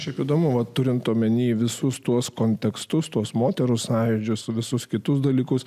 šiaip įdomu o turint omenyje visus tuos kontekstus tuos moterų sąjūdžio su visus kitus dalykus